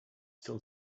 still